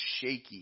shaky